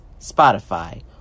Spotify